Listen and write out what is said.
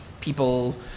people